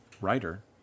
writer